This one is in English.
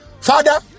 Father